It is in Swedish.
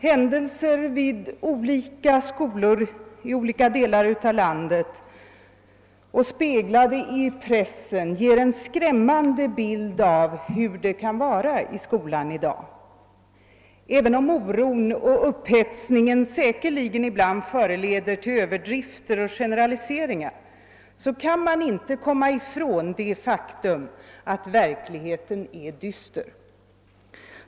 Händelser i olika skolor i skilda delar av landet, speglade i pressen, ger en skrämmande bild av hur det kan vara i skolan i dag. även om oron och upphetsningen säkerligen ibland föranleder överdrifter och generaliseringar, kan man inte komma ifrån att verkligheten är dyster.